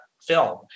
film